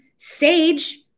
Sage